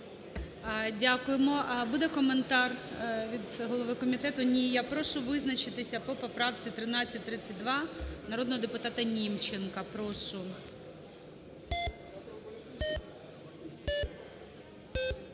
Дякуємо. Буде коментар від голови комітету? Ні. Я прошу визначитися по поправці 1332 народного депутата Німченка, прошу.